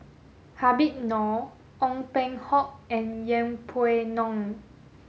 Habib Noh Ong Peng Hock and Yeng Pway Ngon